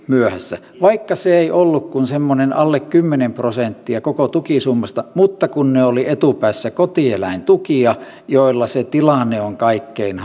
myöhässä vaikka se ei ollut kuin semmoinen alle kymmenen prosenttia koko tukisummasta mutta kun ne olivat etupäässä kotieläintukia joilla se tilanne on kaikkein